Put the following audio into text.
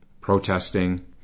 protesting